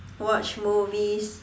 watch movies